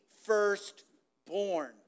firstborn